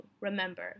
remember